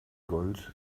gold